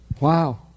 Wow